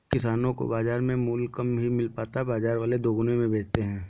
किसानो को बाजार में मूल्य कम ही मिल पाता है बाजार वाले दुगुने में बेचते है